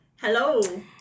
Hello